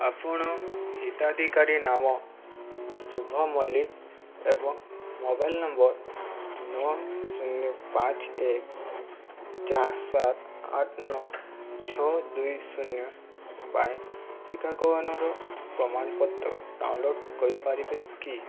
ଆପଣ ହିତାଧିକାରୀ ନାମ ଶୁଭ ମଲ୍ଲିକ ଏବଂ ମୋବାଇଲ୍ ନମ୍ବର୍ ନଅ ଶୂନ ପାଞ୍ଚ ଏକ ଚାରି ସାତ ଆଠ ନଅ ଛଅ ଦୁଇ ଶୂନ ପାଇଁ ଟିକାକରଣର ପ୍ରମାଣପତ୍ର ଡାଉନ୍ଲୋଡ଼୍ କରିପାରିବେ କି